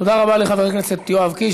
תודה רבה לחבר הכנסת יואב קיש.